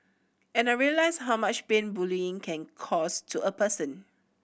and I realised how much pain bullying can cause to a person